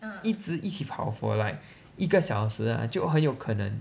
一直一起跑 for like 一个小时 ah 就很有可能